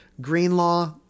Greenlaw